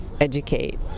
educate